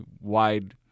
wide